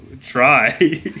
Try